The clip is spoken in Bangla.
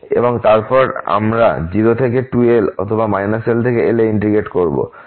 এবং তারপর আমরা 0 থেকে 2l অথবা l থেকে l এ ইন্টিগ্রেট করবো